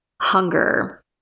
hunger